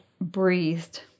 breathed